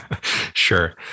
Sure